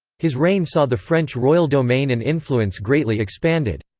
his reign saw the french royal domain and influence greatly expanded.